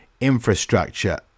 infrastructure